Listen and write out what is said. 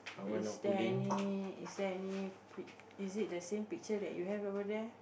is there any is there any pic is it the same picture that you have over there